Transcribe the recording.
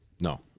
No